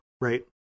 right